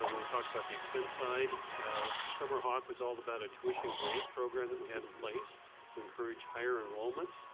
i want to talk about the expense line silver hawk was all about it tuition grant program that we have in place to encourage higher enrollments